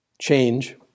change